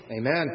amen